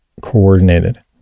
coordinated